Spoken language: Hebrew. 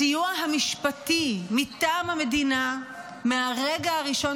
הסיוע המשפטי מטעם המדינה לנפגעות ונפגעים מהרגע הראשון